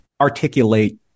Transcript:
articulate